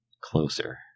Closer